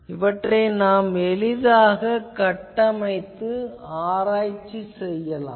இவற்றை நாம் எளிதாகக் கட்டமைத்து ஆராய்ச்சி செய்யலாம்